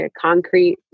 concrete